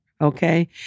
Okay